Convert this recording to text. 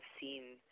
seen